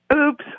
Oops